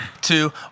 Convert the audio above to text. two